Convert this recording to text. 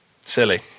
Silly